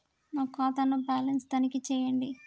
నా ఖాతా ను బ్యాలన్స్ తనిఖీ చేయండి?